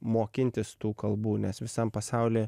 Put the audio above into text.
mokintis tų kalbų nes visam pasauly